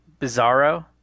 bizarro